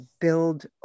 build